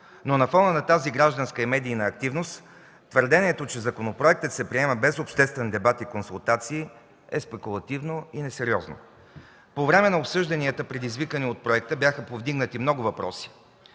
Но на фона на тази гражданска и медийна активност твърдението, че законопроектът се приема без обществен дебат и консултации, е спекулативно и несериозно. По време на обсъжданията, предизвикани от проекта, бяха повдигнати много въпроси.